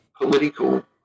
political